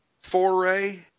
foray